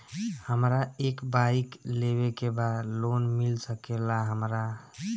हमरा एक बाइक लेवे के बा लोन मिल सकेला हमरा?